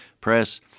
press